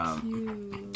cute